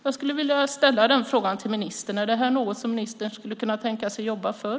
Jag vill ställa följande fråga till ministern: Är detta något som ministern skulle kunna tänka sig att jobba för?